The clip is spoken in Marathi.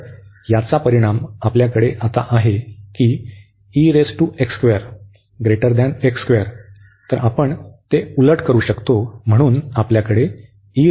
तर याचा परिणाम आपल्याकडे आता आहे की तर आपण ते उलट करू शकतो म्हणून आपल्याकडे आहे